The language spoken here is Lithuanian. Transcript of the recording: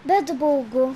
bet baugu